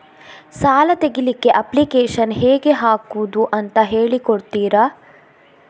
ಸಾಲ ತೆಗಿಲಿಕ್ಕೆ ಅಪ್ಲಿಕೇಶನ್ ಹೇಗೆ ಹಾಕುದು ಅಂತ ಹೇಳಿಕೊಡ್ತೀರಾ?